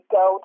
go